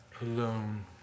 alone